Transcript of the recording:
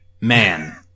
man